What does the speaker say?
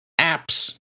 apps